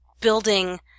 building